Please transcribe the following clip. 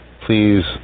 please